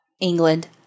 England